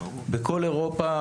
בכל אירופה,